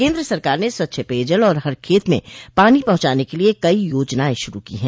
केन्द्र सरकार ने स्वच्छ पेयजल और हर खेत में पानी पहुंचाने क लिये कई योजनाएं शुरू की है